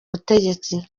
butegetsi